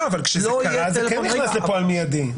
יהיה --- כשזה קרה זה כן נכנס לפועל מידית.